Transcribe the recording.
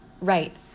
Right